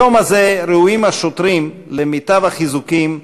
היום הזה ראויים השוטרים למיטב החיזוקים,